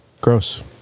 Gross